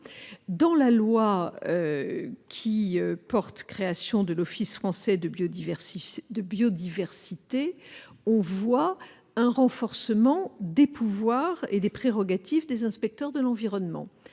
Ainsi, la loi portant création de l'Office français de la biodiversité a renforcé les pouvoirs et les prérogatives des inspecteurs de l'environnement.